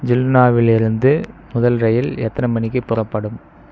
ஜல்னாவிலிருந்து முதல் ரயில் எத்தனை மணிக்கு புறப்படும்